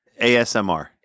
ASMR